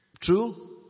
true